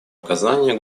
оказания